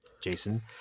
Jason